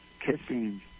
kissing